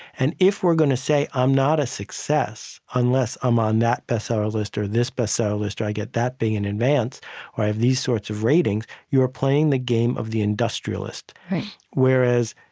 and if we're going to say, i'm not a success unless i'm on that best-seller list or this best-seller list or i get that thing in advance or i have these sorts of ratings you are playing the game of the industrialist whereas,